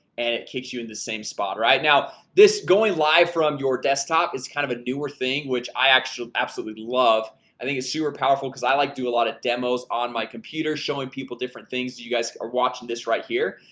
and it kicks you in the same spot right now this going live from your desktop it's kind of a newer thing which i actually absolutely love i think it's super powerful because i like do a lot of demos on my computer showing people different things you you guys are watching this right here,